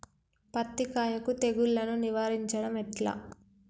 పత్తి కాయకు తెగుళ్లను నివారించడం ఎట్లా?